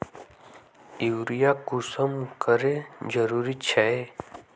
Urea कुंसम करे जरूरी छै?